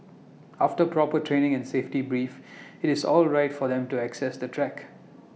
after proper training and safety brief IT is all right for them to access the track